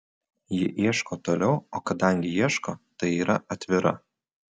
ji ieško toliau o kadangi ieško tai yra atvira